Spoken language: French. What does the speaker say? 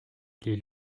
les